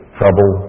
trouble